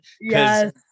yes